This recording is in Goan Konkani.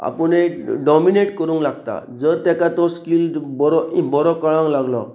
आपूण एक डॉमिनेट करूंक लागता जर ताका तो स्कील बरो बरो कळंक लागलो